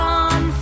on